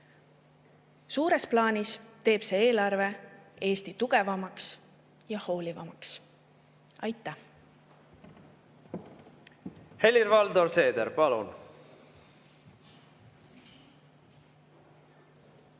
Suures plaanis teeb see eelarve Eesti tugevamaks ja hoolivamaks. Aitäh!